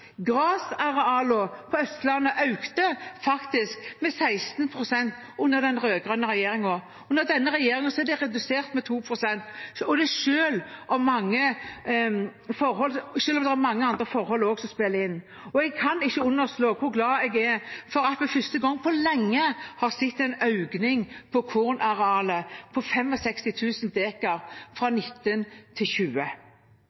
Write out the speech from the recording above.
på Østlandet økte faktisk med 16 pst. under den rød-grønne regjeringen. Under denne regjeringen er de redusert med 2 pst., selv om det også er mange andre forhold som spiller inn. Og jeg kan ikke underslå hvor glad jeg er for at vi for første gang på lenge har sett en økning av kornarealet, på 65 000 dekar fra